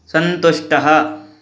सन्तुष्टः